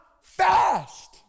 fast